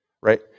right